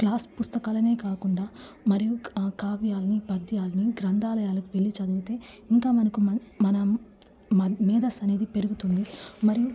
class పుస్తకాలనే కాకుండా మరియు ఆ కావ్యాన్ని పద్యాన్ని గ్రంధాలయాలకు వెళ్ళిచదివితే ఇంకా మనకు మన్ మనం మ మేదస్ అనేది పెరుగుతుంది మరియు